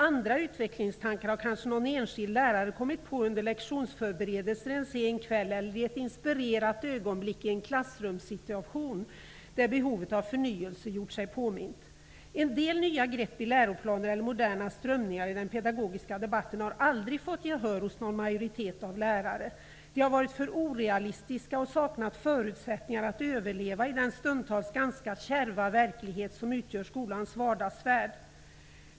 Andra utvecklingstankar har kanske någon enskild lärare kommit på under lektionsförberedelser, en sen kväll eller i ett inspirerat ögonblick i en klassrumssituation, där behovet av förnyelse gjort sig påmint. En del nya grepp i läroplaner eller moderna strömningar i den pedagogiska debatten har aldrig fått gehör hos någon majoritet av lärare. De har varit för orealistiska och saknat förutsättningar att överleva i den stundtals ganska kärva verklighet som utgör skolans vardagsvärld.